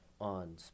on